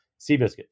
Seabiscuit